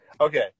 Okay